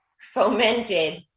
fomented